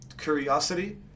Curiosity